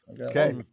Okay